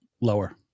lower